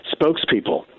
spokespeople